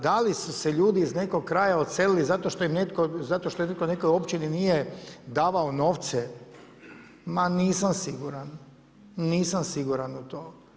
Da li su se ljudi iz nekog kraja odselili zato što netko nekoj općini nije davao novce, ma nisam siguran, nisam siguran u to.